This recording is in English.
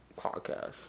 podcast